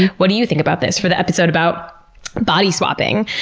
what do you think about this? for the episode about body swapping,